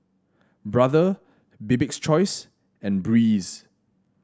Brother Bibik's Choice and Breeze